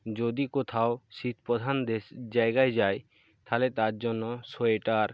যদি কোথাও শীতপ্রধান দেশ জায়গায় যাই তাহলে তার জন্য সোয়েটার